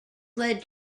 led